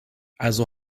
also